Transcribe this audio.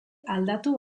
aldatu